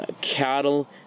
cattle